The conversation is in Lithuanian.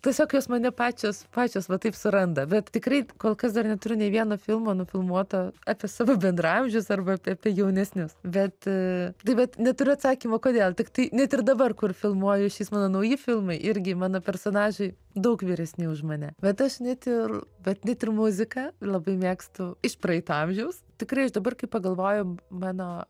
tiesiog jos mane pačios pačios va taip suranda bet tikrai kol kas dar neturiu nei vieno filmo nufilmuota apie savo bendraamžius arba apie jaunesnius bet tai vat neturiu atsakymo kodėl tiktai net ir dabar kur filmuoju išeis mano nauji filmai irgi mano personažai daug vyresni už mane bet aš net ir vat net ir muziką labai mėgstu iš praeito amžiaus tikrai aš dabar kai pagalvoju mano